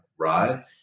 right